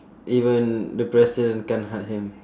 even the president can't help him